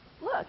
Look